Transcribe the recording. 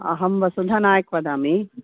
अहं वसुधा नायक् वदामि